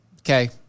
Okay